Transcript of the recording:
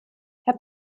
herr